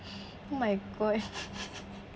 oh my god